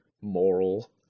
moral